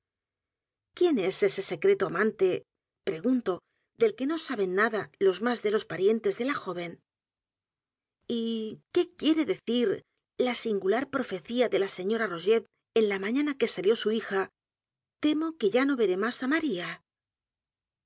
quién es ese secreto amante pregunto del que no saben nada los más de los parientes de la joven y qué quiere decir la singular profecía de la señora rogét en la mañana que salió su hija temo que ya no veré más á maría